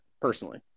personally